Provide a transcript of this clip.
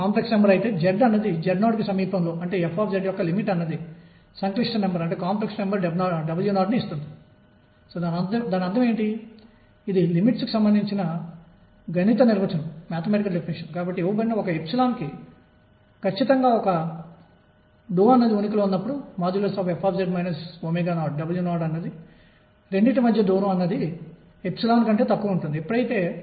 కాబట్టి నేను దీని కోసం చర్యను లెక్కిస్తే చర్య 0 నుండి L వరకు p dx L నుండి 0 వరకు p dx అవుతుంది మరియు రెండూ ఒకే విధంగా తోడ్పడతాయి